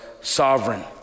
sovereign